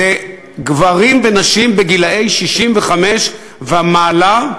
אלה גברים ונשים גילאי 65 ומעלה.